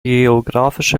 geografische